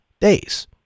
days